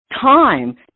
time